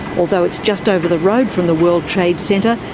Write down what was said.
although it's just over the road from the world trade center,